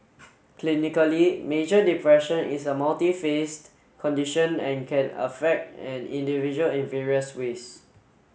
clinically major depression is a multifaceted condition and can affect an individual in various ways